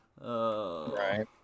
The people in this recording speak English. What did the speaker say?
Right